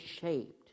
shaped